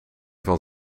van